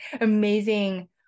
amazing